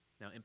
now